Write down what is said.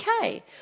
okay